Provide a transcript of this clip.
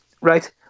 Right